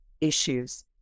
issues